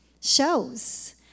shows